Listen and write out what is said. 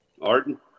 Arden